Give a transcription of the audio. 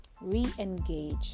re-engage